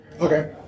Okay